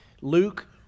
Luke